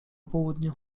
południu